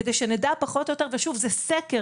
כדי שנדע פחות או יותר ושוב זה סקר,